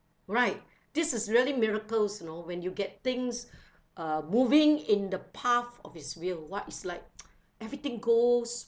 right this is really miracles you know when you get things uh moving in the path of his will !wah! it's like everything goes